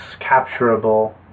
capturable